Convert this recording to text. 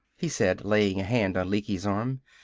he said, laying a hand on lecky's arm.